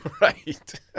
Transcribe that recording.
Right